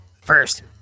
first